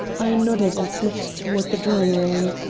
i nodded and slipped toward the drawing-room.